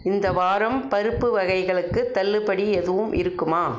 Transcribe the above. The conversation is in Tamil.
இந்த வாரம் பருப்பு வகைகளுக்கு தள்ளுபடி எதுவும் இருக்குமா